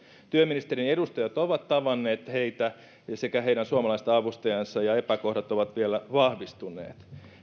työministeriön edustajat ovat tavanneet heitä sekä heidän suomalaista avustajaansa ja epäkohdat ovat vielä vahvistuneet